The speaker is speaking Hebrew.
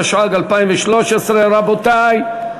התשע"ג 2013. רבותי,